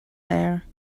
there